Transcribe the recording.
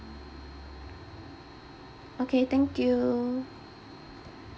okay thank you